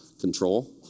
Control